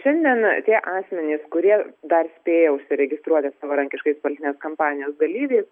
šiandien tie asmenys kurie dar spėja užsiregistruoti savarankiškais politinės kampanijos dalyviais